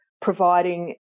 providing